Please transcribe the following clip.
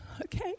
okay